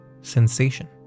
sensation